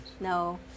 No